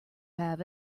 have